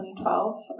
2012